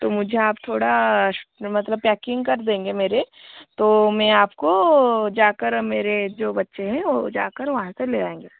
तो मुझे आप थोड़ा न मतलब पेकिंग कर देंगे मेरे तो मैं आपको जाकर मेरे जो बच्चे हैं वह जाकर वहाँ से ले आएंगे